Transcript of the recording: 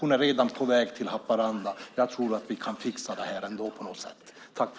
Hon är redan på väg till Haparanda. Jag tror att vi på något sätt ändå kan fixa det här.